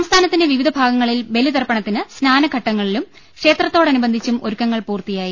സംസ്ഥാനത്തിന്റെ വിവിധ ഭാഗങ്ങളിൽ ബലി തർപ്പണത്തിന് സ്നാനഘ ട്ടങ്ങളിലും ക്ഷേത്രങ്ങളോടനുബന്ധിച്ചും ഒരുക്കങ്ങൾ പൂർത്തിയായി